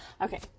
Okay